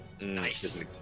Nice